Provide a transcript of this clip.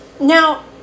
Now